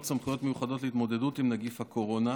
סמכויות מיוחדות להתמודדות עם נגיף הקורונה,